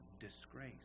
disgrace